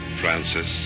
Francis